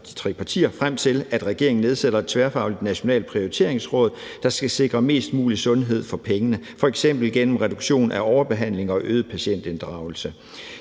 frem til, at regeringen nedsætter et tværgående nationalt prioriteringsråd, der skal sikre mest mulig sundhed for pengene f.eks. gennem reduktion af overbehandling og øget patientinddragelse.